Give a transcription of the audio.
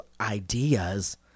ideas